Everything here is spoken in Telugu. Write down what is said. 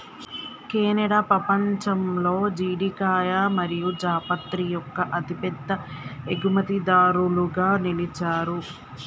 కెనడా పపంచంలో జీడికాయ మరియు జాపత్రి యొక్క అతిపెద్ద ఎగుమతిదారులుగా నిలిచారు